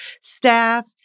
staff